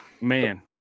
man